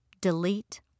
delete